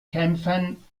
kämpfen